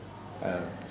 err